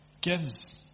gives